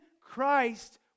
Christ